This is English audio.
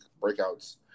breakouts